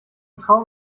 traum